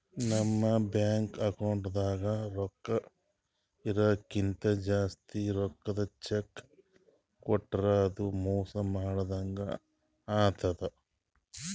ನಮ್ ಬ್ಯಾಂಕ್ ಅಕೌಂಟ್ದಾಗ್ ರೊಕ್ಕಾ ಇರದಕ್ಕಿಂತ್ ಜಾಸ್ತಿ ರೊಕ್ಕದ್ ಚೆಕ್ಕ್ ಕೊಟ್ರ್ ಅದು ಮೋಸ ಮಾಡದಂಗ್ ಆತದ್